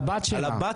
על הבת שלה,